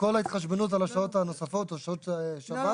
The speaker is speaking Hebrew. שכל ההתחשבנות על השעות הנוספות או שעות שבת זה לפי הסיכום.